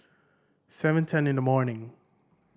seven ten in the morning